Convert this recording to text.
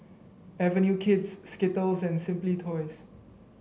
Avenue Kids Skittles and Simply Toys